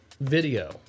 video